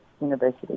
University